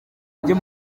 byo